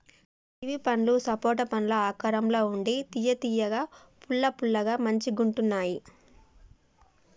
kiwi పండ్లు సపోటా పండ్ల ఆకారం ల ఉండి తియ్య తియ్యగా పుల్ల పుల్లగా మంచిగుంటున్నాయ్